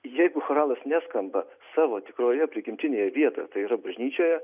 jeigu choralas neskamba savo tikroje prigimtinėje vietoje tai yra bažnyčioje